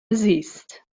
زیست